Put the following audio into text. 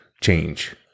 change